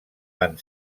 van